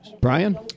Brian